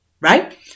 Right